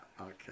Okay